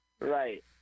Right